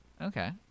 Okay